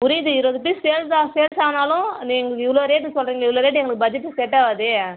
புரியுது இருபது பீஸ் சேல்ஸ்ஸால் சேல்ஸ் ஆனாலும் நீங்கள் இவ்வளோ ரேட்டு சொல்றீங்களே இவ்வளோ ரேட்டு எங்களுக்கு பட்ஜெக்ட்டுக்கு செட்டாகாதே